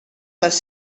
les